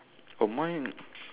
oh mine